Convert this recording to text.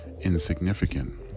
insignificant